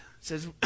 says